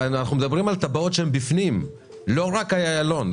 אנחנו מדברים על טבעות שהן בפנים, לא רק איילון.